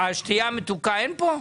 שתייה מתוקה אין פה?